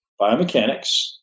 Biomechanics